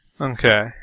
Okay